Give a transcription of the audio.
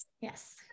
Yes